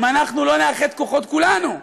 אם אנחנו לא נאחד כוחות כולנו,